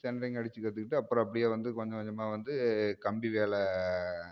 centring அடித்து கற்றுக்கிட்டு அப்புறம் அப்படியே வந்து கொஞ்சம் கொஞ்சமாக வந்து கம்பி வேலை